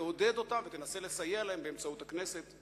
ותעודד אותם ותנסה לסייע להם באמצעות הכנסת.